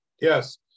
Yes